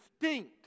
distinct